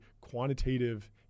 quantitative